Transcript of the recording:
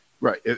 Right